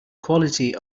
quality